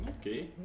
Okay